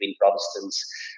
Protestants